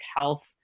health